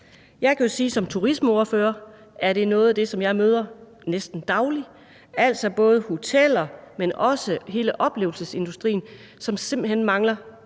Jeg kan jo som turismeordfører sige, at det er noget af det, som jeg møder næsten dagligt, altså at både hoteller, men også hele oplevelsesindustrien simpelt hen mangler